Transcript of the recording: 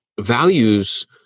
Values